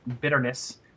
bitterness